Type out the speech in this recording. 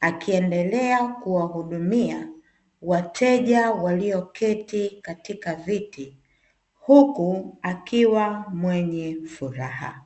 akiendelea kuwa hudumia wateja walio keti katika viti, huku akiwa mwenye furaha.